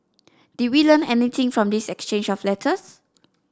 did we learn anything from this exchange of letters